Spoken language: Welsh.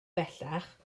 bellach